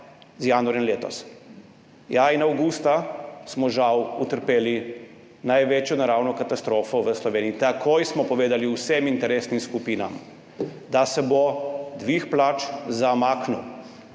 z januarjem letos. In avgusta smo žal utrpeli največjo naravno katastrofo v Sloveniji. Takoj smo povedali vsem interesnim skupinam, da se bo dvig plač zamaknil,